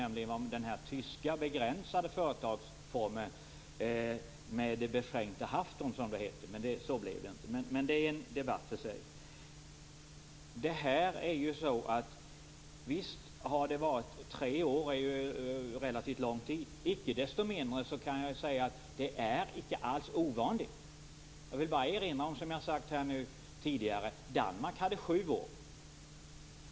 Jag tänker på den tyska begränsade företagsformen, beschränkte Haftung, men så blev det inte och det är en debatt för sig. Visst, tre år är en relativt lång tid, men icke desto mindre är det alls inte ovanligt. Som jag tidigare sagt har Danmark haft sju år.